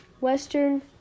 Western